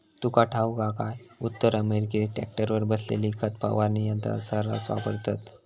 तुका ठाऊक हा काय, उत्तर अमेरिकेत ट्रकावर बसवलेली खत फवारणी यंत्रा सऱ्हास वापरतत